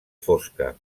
fosca